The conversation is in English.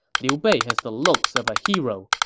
liu bei has the looks of a hero,